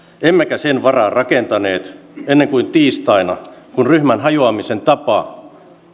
emmekä sen varaan rakentaneet ennen kuin tiistaina kun ryhmän hajoamisen tapa